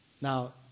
Now